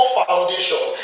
foundation